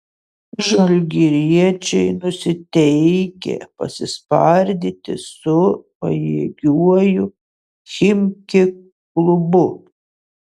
žalgiriečiai nusiteikę pasispardyti su pajėgiuoju chimki klubu